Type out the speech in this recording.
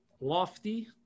lofty